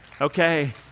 Okay